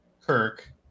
Kirk